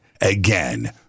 Again